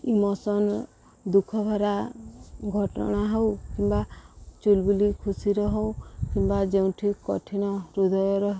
emotion ଦୁଃଖ ଭରା ଘଟଣା ହେଉ କିମ୍ବା ଚୁଲବୁଲି ଖୁସିର ହେଉ କିମ୍ବା ଯେଉଁଠି କଠିନ ହୃଦୟର